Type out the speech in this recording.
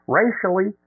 racially